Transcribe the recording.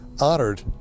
honored